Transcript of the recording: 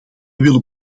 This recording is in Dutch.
willen